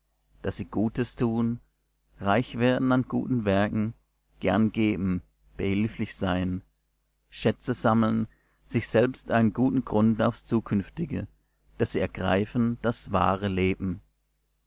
daß sie gutes tun reich werden an guten werken gern geben behilflich seien schätze sammeln sich selbst einen guten grund aufs zukünftige daß sie ergreifen das wahre leben